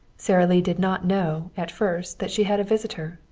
sara lee did not know, at first, that she had a visitor.